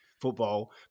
football